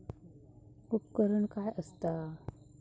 उपकरण काय असता?